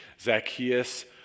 Zacchaeus